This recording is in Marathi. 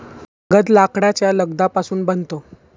कागद लाकडाच्या लगद्यापासून बनतो